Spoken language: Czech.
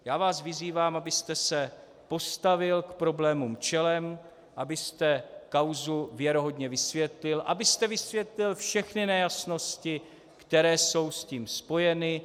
Já vás vyzývám, abyste se postavil k problémům čelem, abyste kauzu věrohodně vysvětlil, abyste vysvětlil všechny nejasnosti, které jsou s tím spojeny.